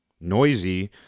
noisy